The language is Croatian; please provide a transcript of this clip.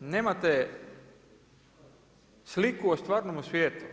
nemate sliku o stvarnomu svijetu.